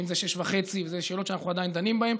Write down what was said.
אם זה 06:30. אלה שאלות שאנחנו עדיין דנים בהן.